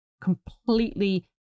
completely